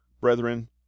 brethren